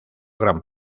gran